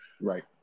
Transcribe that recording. Right